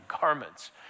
garments